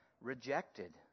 rejected